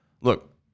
look